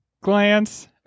glance